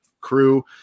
crew